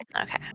Okay